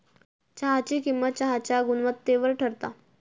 चहाची किंमत चहाच्या गुणवत्तेवर ठरता